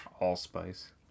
Allspice